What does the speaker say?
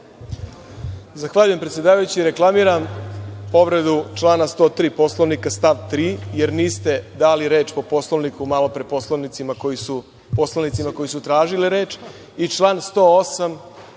Zahvaljujem, predsedavajući. Reklamiram povredu člana 103. Poslovnika stav 3. jer niste dali reč po Poslovniku malopre poslanicima koji su tražili reč i član 108,